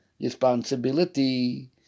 responsibility